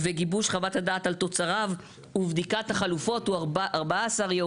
אבל, גם כאן, מדינת ישראל התברכה ברצועת חוק.